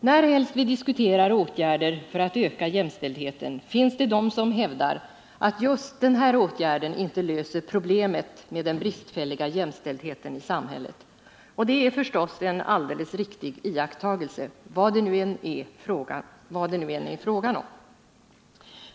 När helst vi diskuterar åtgärder för att öka jämställdheten finns det de som hävdar att just denna åtgärd inte löser problemet med den bristfälliga jämställdheten i samhället. Det är förstås en alldeles riktig iakttagelse, vad det nu än är frågan om.